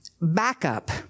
backup